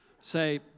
Say